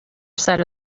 side